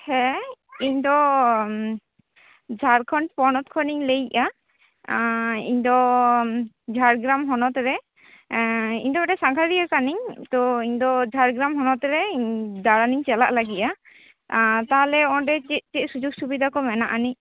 ᱦᱮᱸ ᱤᱧ ᱫᱚ ᱡᱷᱟᱲᱠᱷᱚᱸᱰ ᱯᱚᱱᱚᱛ ᱠᱷᱚᱱᱤᱧ ᱞᱟᱹᱭᱮᱜᱼᱟ ᱤᱧᱫᱚ ᱡᱷᱟᱲᱜᱨᱟᱢ ᱦᱚᱱᱚᱛ ᱨᱮ ᱤᱧ ᱫᱚ ᱢᱤᱫᱴᱮᱱ ᱥᱟᱸᱜᱷᱟᱨᱤᱭᱟᱹ ᱠᱟᱱᱟᱹᱧ ᱛᱚ ᱤᱧ ᱫᱚ ᱡᱷᱟᱲᱜᱨᱟᱢ ᱦᱚᱱᱚᱛ ᱨᱮ ᱫᱟᱲᱟᱱᱤᱧ ᱪᱟᱞᱟᱜ ᱞᱟᱹᱜᱤᱫ ᱟ ᱟᱨ ᱛᱟᱦᱚᱞᱮ ᱚᱸᱰᱮ ᱪᱮᱫ ᱪᱮᱫ ᱥᱩᱡᱚᱠ ᱥᱩᱵᱤᱫᱟ ᱠᱚ ᱢᱮᱱᱟᱜᱼᱟ ᱟᱹᱱᱤᱡ